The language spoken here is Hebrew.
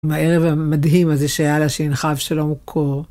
מהערב המדהים הזה שהיה לה, שהנחה אבשלום קור.